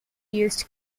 used